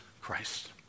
Christ